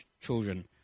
children